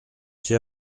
hier